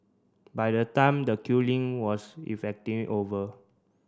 by the time the killing was effectively over